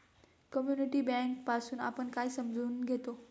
Community bank पासुन आपण काय समजून घेतो?